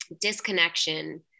disconnection